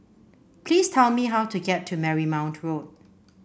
please tell me how to get to Marymount Road